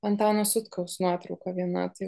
antano sutkaus nuotrauka viena tai